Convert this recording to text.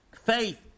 faith